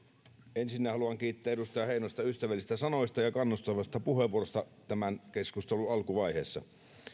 ensin haluan kiittää edustaja heinosta ystävällisistä sanoista ja kannustavasta puheenvuorosta tämän keskustelun alkuvaiheessa